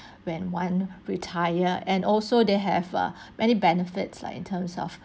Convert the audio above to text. when one retire and also they have err many benefits like in terms of